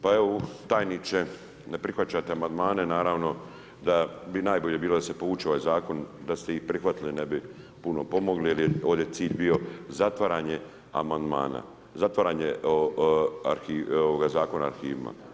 Pa evo tajniče, ne prihvaćate amandmane, naravno da bi najbolje bilo da se povuče ovaj zakon, da ste i prihvatili ne bi puno pomogli jer je ovdje cilj bio zatvaranje amandmana, zatvaranje Zakona o arhivima.